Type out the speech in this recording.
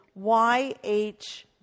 yh